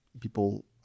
People